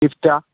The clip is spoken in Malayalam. സ്വിഫ്റ്റാണോ